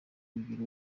kugira